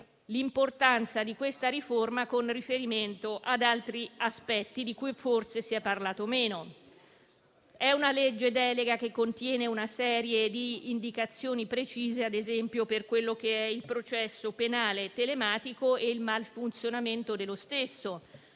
l'importanza di questa riforma con riferimento ad altri aspetti di cui forse si è parlato meno. È una legge delega che contiene una serie di indicazioni precise, ad esempio, in riferimento al processo penale telematico e al malfunzionamento dello stesso.